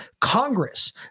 Congress